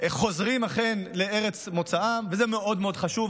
אכן חוזרים לארץ מוצאם, וזה מאוד מאוד חשוב.